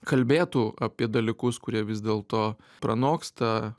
kalbėtų apie dalykus kurie vis dėlto pranoksta